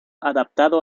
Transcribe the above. adaptado